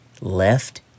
left